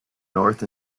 north